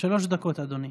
שלוש דקות, אדוני.